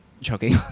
choking